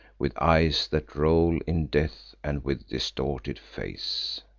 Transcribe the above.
with eyes that roll in death, and with distorted face.